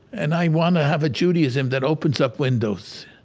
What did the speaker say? and i want to have a judaism that opens up windows.